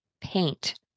paint